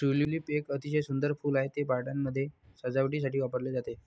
tulip एक अतिशय सुंदर फूल आहे, ते पार्ट्यांमध्ये सजावटीसाठी वापरले जाते